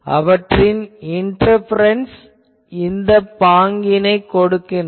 அவற்றின் இன்டர்பரன்ஸ் இந்த பாங்கினைக் கொடுக்கிறது